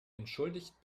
entschuldigt